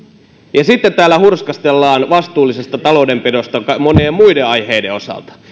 ja sitten täällä hurskastellaan vastuullisesta taloudenpidosta monien muiden aiheiden osalta